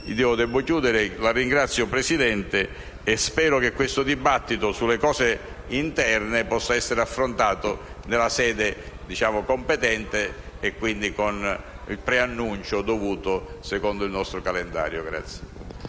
Devo chiudere. La ringrazio, signor Presidente del Consiglio, e spero che questo dibattito sulle cose interne possa essere affrontato nella sede competente, quindi con il preannuncio dovuto secondo il nostro calendario.